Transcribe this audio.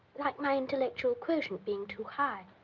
like my intellectual quotient being too high.